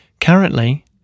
Currently